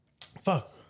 fuck